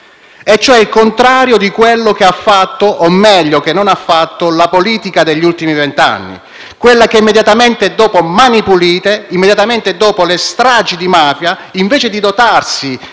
cioè il contrario di quello che ha fatto, o meglio che non ha fatto, la politica degli ultimi vent'anni, quella che immediatamente dopo Mani pulite, immediatamente dopo le stragi di mafia, invece di dotarsi